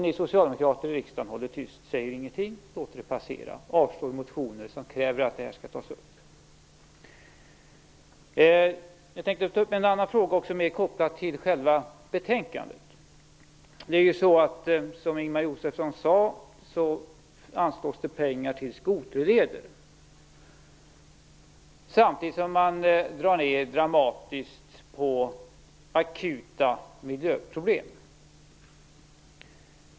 Ni socialdemokrater i riksdagen håller tyst, säger ingenting, låter det passera och avslår motioner som kräver att det här skall tas upp. Jag tänker också ta upp en annan fråga som är mer kopplad till själva betänkandet. Som Ingemar Josefsson sade anslås det pengar till skoterleder, samtidigt som man drar ned dramatiskt på akuta miljöproblem.